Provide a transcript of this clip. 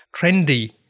trendy